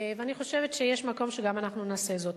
ואני חושבת שיש מקום שגם אנחנו נעשה זאת.